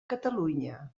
catalunya